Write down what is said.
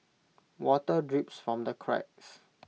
water drips from the cracks